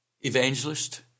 Evangelist